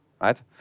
right